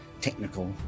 technical